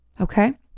Okay